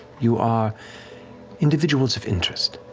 you are individuals of interest.